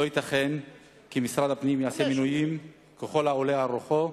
לא ייתכן שמשרד הפנים יעשה מינויים ככל העולה על רוחו,